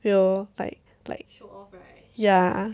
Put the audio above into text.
you like like ya